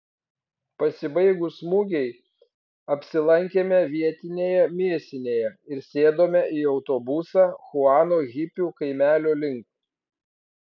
pasibaigus mugei apsilankėme vietinėje mėsinėje ir sėdome į autobusą chuano hipių kaimelio link